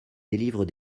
délivre